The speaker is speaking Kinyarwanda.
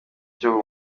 cyo